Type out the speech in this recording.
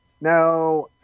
Now